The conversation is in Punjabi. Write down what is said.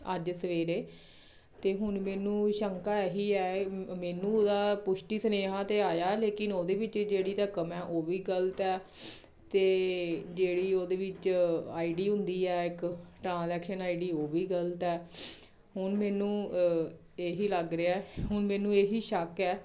ਅੱਜ ਸਵੇਰੇ ਅਤੇ ਹੁਣ ਮੈਨੂੰ ਸ਼ੰਕਾ ਇਹ ਹੀ ਹੈ ਮੈਨੂੰ ਉਹਦਾ ਪੁਸ਼ਟੀ ਸੁਨੇਹਾ ਤਾਂ ਆਇਆ ਲੇਕਿਨ ਉਹਦੇ ਵਿੱਚ ਜਿਹੜੀ ਰਕਮ ਹੈ ਉਹ ਵੀ ਗਲਤ ਹੈ ਅਤੇ ਜਿਹੜੀ ਉਹਦੇ ਵਿੱਚ ਆਈ ਡੀ ਹੁੰਦੀ ਆ ਇੱਕ ਟਰਾਂਸੈਕਸ਼ਨ ਆਈ ਡੀ ਉਹ ਵੀ ਗਲਤ ਹੈ ਹੁਣ ਮੈਨੂੰ ਇਹ ਹੀ ਲੱਗ ਰਿਹਾ ਹੁਣ ਮੈਨੂੰ ਇਹ ਹੀ ਸ਼ੱਕ ਹੈ